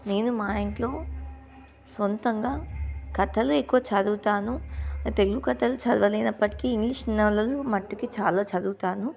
నేను మా ఇంట్లో సొంతంగా కథలు ఎక్కువ చదువుతాను తెలుగు కథలు చదవలేనప్పటికీ ఇంగ్లీష్ నలలు మటుకి చాలా చదువుతాను